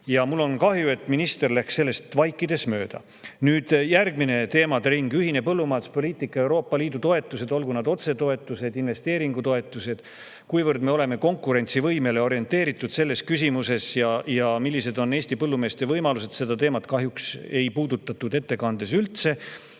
Ja mul on kahju, et minister läks sellest vaikides mööda. Nüüd järgmine teemade ring: ühine põllumajanduspoliitika ja Euroopa Liidu toetused, olgu need otsetoetused või investeeringutoetused, kuivõrd konkurentsivõimele orienteeritud me selles küsimuses oleme ja millised on Eesti põllumeeste võimalused. Seda teemat ei puudutatud kahjuks ettekandes üldse.